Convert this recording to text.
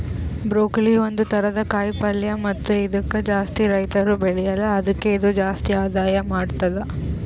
broccoli ಒಂದ್ ಥರದ ಕಾಯಿ ಪಲ್ಯ ಮತ್ತ ಇದುಕ್ ಜಾಸ್ತಿ ರೈತುರ್ ಬೆಳೆಲ್ಲಾ ಆದುಕೆ ಇದು ಜಾಸ್ತಿ ಆದಾಯ ಮಾಡತ್ತುದ